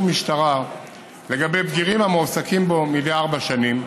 המשטרה לגבי בגירים המועסקים בו מדי ארבע שנים,